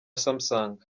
samsung